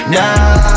now